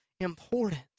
important